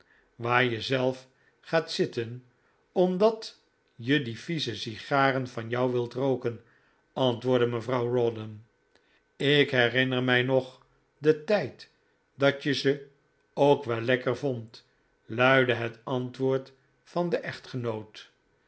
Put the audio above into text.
waar je zelf gaat zitten omdat je die vieze sigaren van jou wilt rooken antwoordde mevrouw rawdon ik herinner mij nog den tijd dat je ze ook wel lekker vond luidde het antwoord van den echtgenoot